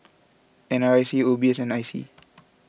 N R I C O B S and I C